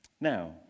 Now